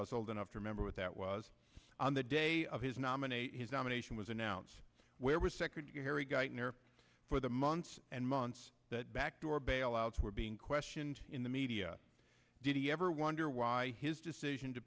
us old enough to remember what that was on the day of his nomination his nomination was announced where was secretary geithner for the months and months that backdoor bailouts were being questioned in the media did he ever wonder why his decision to